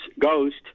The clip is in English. ghost